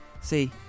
See